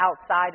outside